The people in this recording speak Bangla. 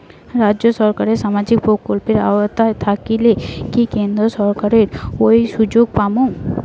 রাজ্য সরকারের সামাজিক প্রকল্পের আওতায় থাকিলে কি কেন্দ্র সরকারের ওই সুযোগ পামু?